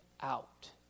out